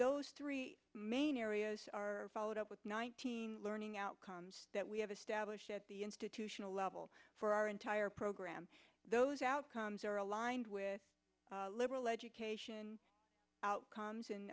those three main areas are followed up with nineteen learning outcomes that we have established at the institutional level for our entire program those outcomes are aligned with liberal education outcomes in